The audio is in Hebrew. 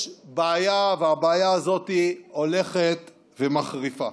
יש בעיה, והבעיה הזאת הולכת ומחריפה.